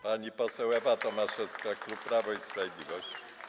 Pani poseł Ewa Tomaszewska, klub Prawo i Sprawiedliwość.